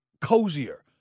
cozier